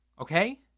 okay